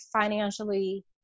financially